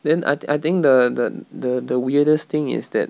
then I I think the the the the weirdest thing is that